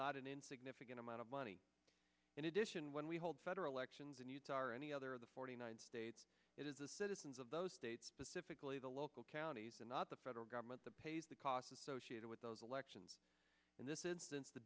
not an insignificant amount of money in addition when we hold federal elections and use our any other of the forty nine states it is the citizens of those states specifically the local counties and not the federal government pays the costs associated with those elections in this instance the